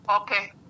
Okay